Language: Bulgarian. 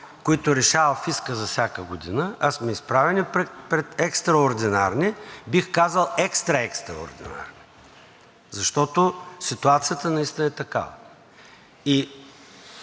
които решава фискът за всяка година, а сме изправени пред екстраординарни, бих казал – екстра, екстраординарни, защото ситуацията наистина е такава.